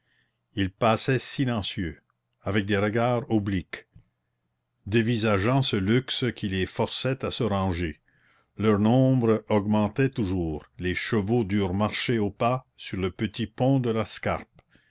ils passaient silencieux avec des regards obliques dévisageant ce luxe qui les forçait à se ranger leur nombre augmentait toujours les chevaux durent marcher au pas sur le petit pont de